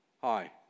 Hi